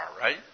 right